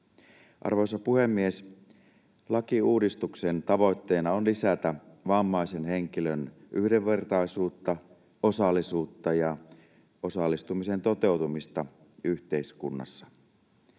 Arvoisa puhemies! Lakiuudistuksen tavoitteena on lisätä vammaisen henkilön yhdenvertaisuutta, osallisuutta ja osallistumisen toteutumista yhteiskunnassa.